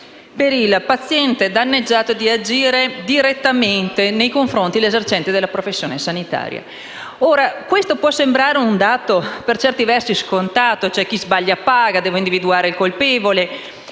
per il paziente danneggiato di agire direttamente nei confronti dell'esercente la professione sanitaria. Questo può sembrare un dato, per certi versi, scontato: chi sbaglia paga; si devono individuare il colpevole,